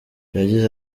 yagize